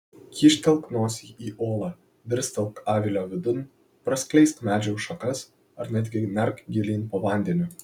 kyštelk nosį į olą dirstelk avilio vidun praskleisk medžių šakas ar netgi nerk gilyn po vandeniu